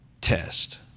test